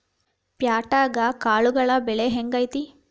ಪ್ಯಾಟ್ಯಾಗ್ ಕಾಳುಗಳ ಬೆಲೆ ಹೆಂಗ್ ಐತಿ?